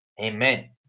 Amen